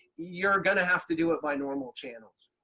you're going to have to do it by normal channels.